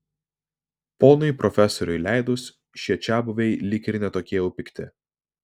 ponui profesoriui leidus šie čiabuviai lyg ir ne tokie jau pikti